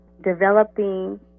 developing